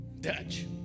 Dutch